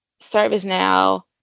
ServiceNow